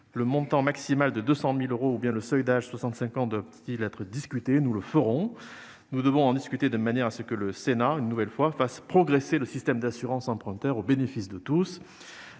le montant maximal de 200 000 euros ou le seuil d'âge de 65 ans doivent-ils être discutés ; nous le ferons. Nous devons en débattre, de manière que le Sénat, une nouvelle fois, fasse progresser le système de l'assurance emprunteur au bénéfice de tous,